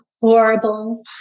horrible